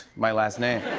my last name.